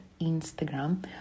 Instagram